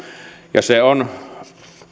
ja se on